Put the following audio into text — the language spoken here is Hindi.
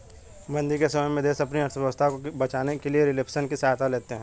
मंदी के समय में देश अपनी अर्थव्यवस्था को बचाने के लिए रिफ्लेशन की सहायता लेते हैं